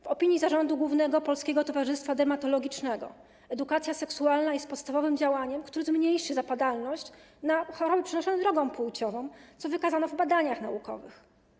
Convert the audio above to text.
W opinii Zarządu Głównego Polskiego Towarzystwa Dermatologicznego edukacja seksualna jest podstawowym działaniem, które zmniejszy zapadalność na choroby przenoszone drogą płciową, co wykazano w badaniach naukowych.